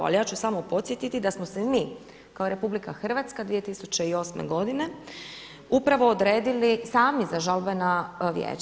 Ali ja ću samo podsjetiti da smo se mi kao RH 2008. godine upravo odredili sami za žalbena vijeća.